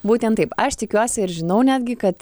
būtent taip aš tikiuosi ir žinau netgi kad